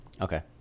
Okay